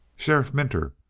sheriff minter,